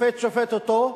השופט שופט אותו,